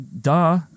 Duh